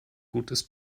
gutes